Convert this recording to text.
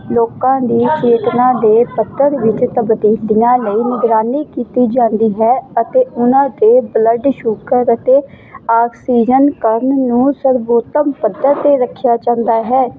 ਲੋਕਾਂ ਦੀ ਚੇਤਨਾ ਦੇ ਪੱਧਰ ਵਿੱਚ ਤਬਦੀਲੀਆਂ ਲਈ ਨਿਗਰਾਨੀ ਕੀਤੀ ਜਾਂਦੀ ਹੈ ਅਤੇ ਉਨ੍ਹਾਂ ਦੇ ਬਲੱਡ ਸ਼ੂਗਰ ਅਤੇ ਆਕਸੀਜਨ ਕਰਨ ਨੂੰ ਸਰਵੋਤਮ ਪੱਧਰ 'ਤੇ ਰੱਖਿਆ ਜਾਂਦਾ ਹੈ